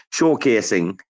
showcasing